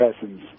persons